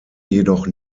jedoch